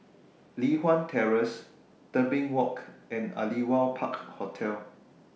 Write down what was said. Li Hwan Terrace Tebing Walk and Aliwal Park Hotel